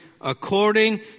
According